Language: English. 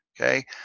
Okay